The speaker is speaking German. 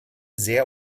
sehr